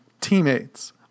teammates